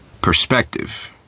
perspective